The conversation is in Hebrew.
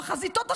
בחזיתות השונות,